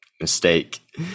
mistake